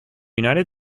united